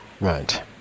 Right